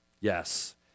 Yes